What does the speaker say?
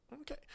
Okay